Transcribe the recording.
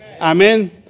Amen